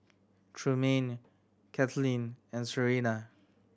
Trumaine Cathleen and Serina